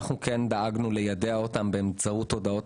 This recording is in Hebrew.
אנחנו כן דאגנו ליידע אותם באמצעות הודעות